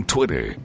Twitter